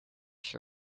shirt